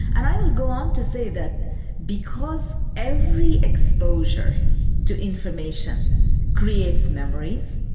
and i will go on to say that because every exposure to information creates memories.